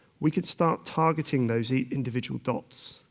we can start targeting those individual dots.